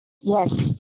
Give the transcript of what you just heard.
Yes